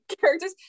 characters